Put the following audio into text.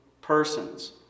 persons